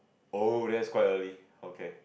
oh that's quite early okay